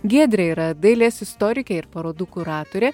giedrė yra dailės istorikė ir parodų kuratorė